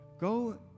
go